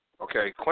Okay